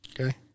Okay